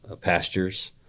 pastures